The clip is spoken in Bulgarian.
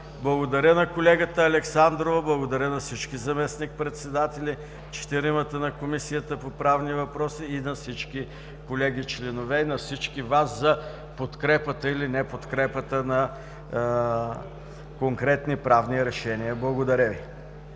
Благодаря на колегата Александрова, благодаря на четиримата заместник-председатели на Комисията по правни въпроси и на всички колеги-членове, и на всички Вас за подкрепата или неподкрепата на конкретни правни решения. Благодаря Ви.